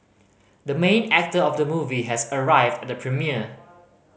the main actor of the movie has arrived at the premiere